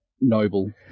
noble